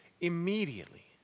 immediately